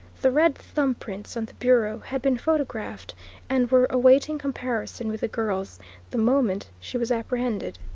the red thumb prints on the bureau had been photographed and were awaiting comparison with the girl's the moment she was apprehended.